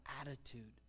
attitude